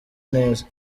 neza